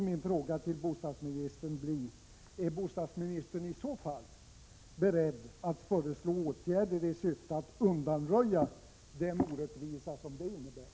Min fråga till bostadsministern blir därför: Är bostadsministern i så fall beredd att föreslå åtgärder i syfte att undanröja den orättvisa som detta innebär?